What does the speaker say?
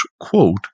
quote